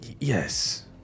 Yes